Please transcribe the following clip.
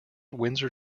windsor